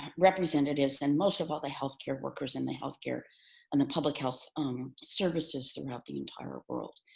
representatives and most of all the healthcare workers in the healthcare and the public health um services throughout the entire world.